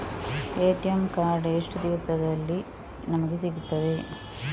ATM card ಎಷ್ಟು ದಿವಸದಲ್ಲಿ ನಮಗೆ ಸಿಗುತ್ತದೆ?